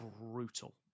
brutal